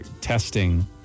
Testing